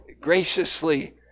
graciously